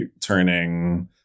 turning